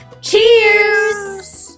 Cheers